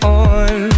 on